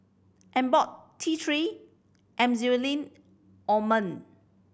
Abbott T Three Emulsying Ointment